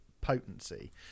potency